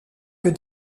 que